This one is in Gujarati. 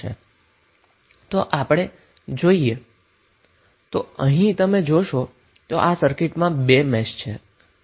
તો હવે આપણે જોઈએ તો અહીં તમે જોશો તો આ સર્કિટમાં બે મેશ છે